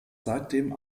seitdem